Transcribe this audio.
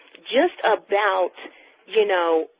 just about you know,